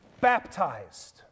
Baptized